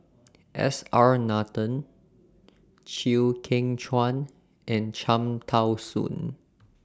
S R Nathan Chew Kheng Chuan and Cham Tao Soon